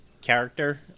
character